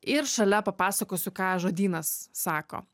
ir šalia papasakosiu ką žodynas sako